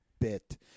bit